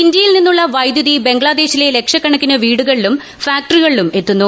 ഇന്ത്യയിൽ നിന്നുള്ള വൈദ്യുതി ബംഗ്ലാദേശിലെ ലക്ഷക്കണക്കിന് വീടുകളിലും ഫാക്ടറികളിലും എത്തുന്നു